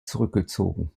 zurückgezogen